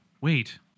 Wait